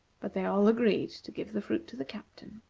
but they all agreed to give the fruit to the captain.